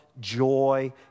joy